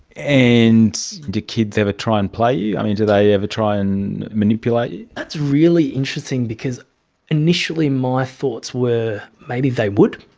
and do kids ever try and play you? do they ever try and manipulate you? that's really interesting because initially my thoughts were maybe they would.